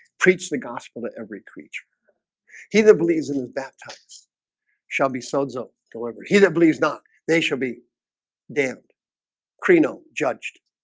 preach the gospel to every creature he that believes in his baptized shall be sons o deliverer. he that believes not they shall be damned cree no judged